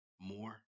more